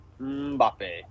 Mbappe